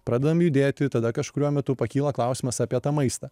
pradedam judėti tada kažkuriuo metu pakyla klausimas apie tą maistą